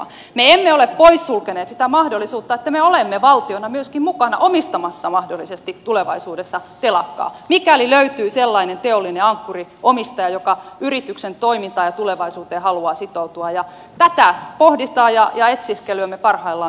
me emme ole poissulkeneet sitä mahdollisuutta että me olemme valtiona myöskin mukana omistamassa mahdollisesti tulevaisuudessa telakkaa mikäli löytyy sellainen teollinen ankkuri omistaja joka yrityksen toimintaan ja tulevaisuuteen haluaa sitoutua ja tätä pohdintaa ja etsiskelyä me parhaillaan myöskin teemme